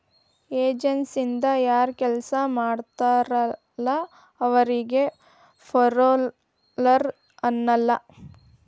ಏಜನ್ಸಿಯಿಂದ ಯಾರ್ ಕೆಲ್ಸ ಮಾಡ್ತಾರಲ ಅವರಿಗಿ ಪೆರೋಲ್ಲರ್ ಅನ್ನಲ್ಲ